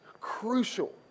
crucial